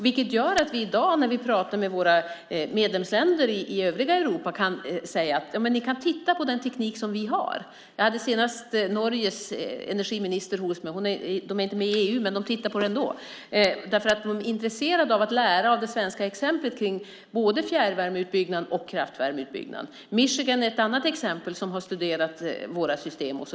Det gör att vi i dag när vi pratar med medlemsländer i övriga Europa kan säga: Ni kan titta på den teknik som vi har! Jag hade senast Norges energiminister hos mig. Norge är inte med i EU men tittar ändå på det. Hon är intresserad av att lära av det svenska exemplet kring både fjärrvärmeutbyggnaden och kraftvärmeutbyggnaden. Ett annat exempel är Michigan, som har studerat våra system.